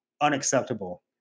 Unacceptable